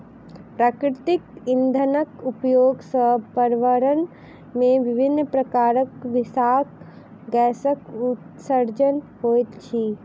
प्राकृतिक इंधनक प्रयोग सॅ पर्यावरण मे विभिन्न प्रकारक विषाक्त गैसक उत्सर्जन होइत अछि